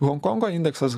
honkongo indeksas